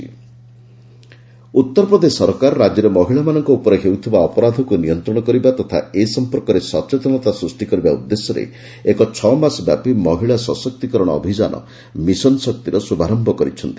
UP ମିଶନ୍ଶକ୍ତି ଉତର ପ୍ରଦେଶ ସରକାର ରାଜ୍ୟରେ ମହିଳାମାନଙ୍କ ଉପରେ ହେଉଥିବା ଅପରାଧକ୍ତ ନିୟନ୍ତ୍ରଣ କରିବା ତଥା ଏ ସଂପର୍କରେ ସଚେତନତା ସୃଷ୍ଟିକରିବା ଉଦ୍ଦେଶ୍ୟରେ ଏକ ଛଅମାସ ବ୍ୟାପୀ ମହିଳା ସଶକ୍ତିକରଣ ଅଭିଯାନ 'ମିଶନ୍ଶକ୍ତି'ର ଶୁଭାରୟ କରିଛନ୍ତି